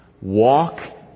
walk